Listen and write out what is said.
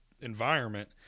environment